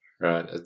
right